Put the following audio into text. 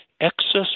excess